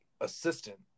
assistant